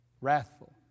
wrathful